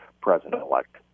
President-elect